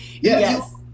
yes